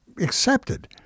accepted